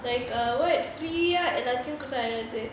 like uh what free ah எதாச்சும் கொடுத்தா எதாவது:ethachum kodutha ethavathu